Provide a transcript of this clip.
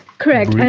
correct, and